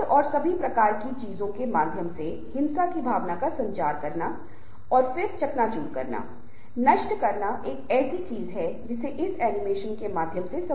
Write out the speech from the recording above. इसलिए हमेशा ऐसे लोगों की पहचान करने की कोशिश करनी चाहिए जिन्हें उस विशेष मुद्दे या किसी विशेष विचार के लिए किसी प्रकार की चिंता है जिसमें वे बहुत योगदान दे सकते